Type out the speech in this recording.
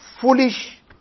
foolish